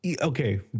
Okay